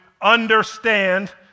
understand